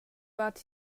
but